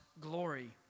glory